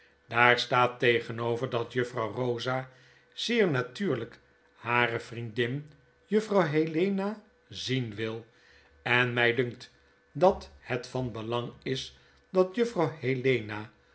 daar staat tegenover dat juffrouw rosa zeer natuurlyk hare vpendin juffrouw helena zien wil en my dunkt dat het van belang is dat juffrouw helena